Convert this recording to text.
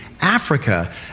Africa